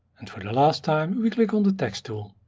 and for the last time we click on the text tool.